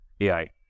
AI